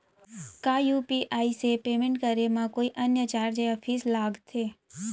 का यू.पी.आई से पेमेंट करे म कोई अन्य चार्ज या फीस लागथे?